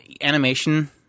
animation